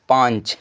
पाँच